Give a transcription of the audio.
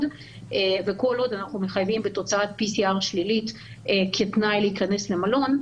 וכל עוד אנחנו מחייבים בתוצאת PCR שלילית כתנאי לכניסה למלון,